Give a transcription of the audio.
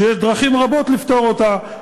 שיש דרכים רבות לפתור אותה,